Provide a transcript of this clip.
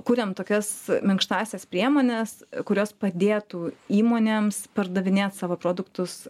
kuriam tokias minkštąsias priemones kurios padėtų įmonėms pardavinėt savo produktus